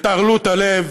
את ערלות הלב